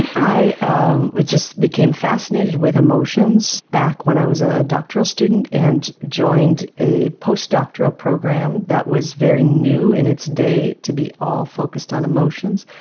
i um just became fascinated with emotions back when i was a doctoral student and joined a postdoctoral program that was very new in its day to be all focused on emotions.